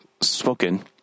spoken